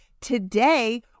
Today